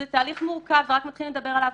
זה תהליך מורכב ורק מתחילים לדבר עליו.